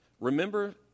Remember